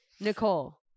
Nicole